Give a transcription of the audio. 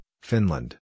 Finland